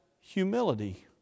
humility